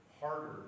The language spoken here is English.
harder